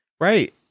Right